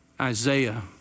Isaiah